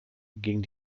gegen